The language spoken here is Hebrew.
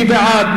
מי בעד?